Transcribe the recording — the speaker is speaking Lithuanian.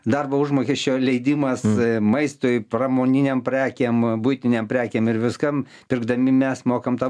darbo užmokesčio leidimas maistui pramoninėm prekėm buitinėm prekėm ir viskam pirkdami mes mokam tą